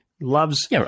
loves